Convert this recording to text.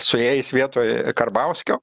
su jais vietoj karbauskio